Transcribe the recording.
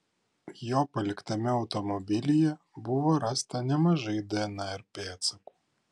jo paliktame automobilyje buvo rasta nemažai dnr pėdsakų